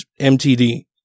MTD